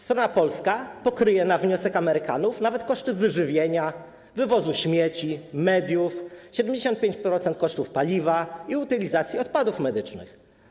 Strona polska pokryje na wniosek Amerykanów nawet koszty wyżywienia, wywozu śmierci, mediów, 75% kosztów paliwa i utylizacji odpadów medycznych.